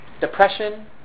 depression